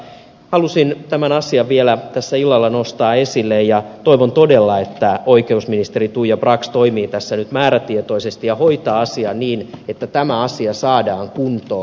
mutta halusin tämän asian vielä tässä illalla nostaa esille ja toivon todella että oikeusministeri tuija brax toimii tässä nyt määrätietoisesti ja hoitaa asian niin että tämä asia saadaan kuntoon